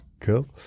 Cool